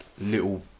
little